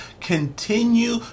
Continue